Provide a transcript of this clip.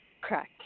Correct